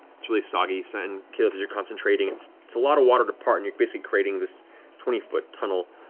it's really soggy, so and keyleth, as you're concentrating, it's it's a lot of water to part, and you're basically creating this twenty foot tunnel.